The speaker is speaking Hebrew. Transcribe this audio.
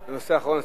תם סדר-היום.